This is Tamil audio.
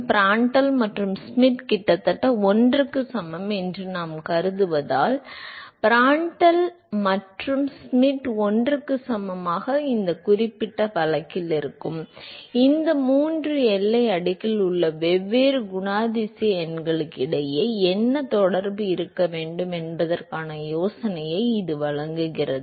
பிராண்டல் மற்றும் ஷ்மிட் கிட்டத்தட்ட 1 க்கு சமம் என்று நாம் கருதுவதால் பிராண்டல் மற்றும் ஷ்மிட் 1 க்கு சமமான இந்த குறிப்பிட்ட வழக்கு இந்த மூன்று எல்லை அடுக்கில் உள்ள வெவ்வேறு குணாதிசய எண்களுக்கு இடையே என்ன தொடர்பு இருக்க வேண்டும் என்பதற்கான யோசனையை இது வழங்குகிறது